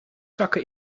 zakken